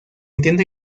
intenta